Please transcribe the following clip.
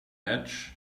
edge